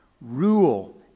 Rule